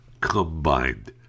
combined